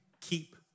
keep